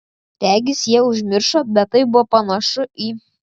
regis jie užmiršo bet tai buvo panašu į